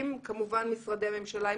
עם כמובן משרדי ממשלה,